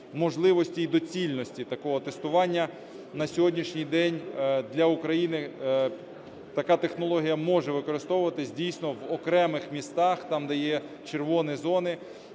можливості і доцільності такого тестування. На сьогоднішній день для України така технологія може використовуватися, дійсно, в окремих містах, там, де є "червоні зони",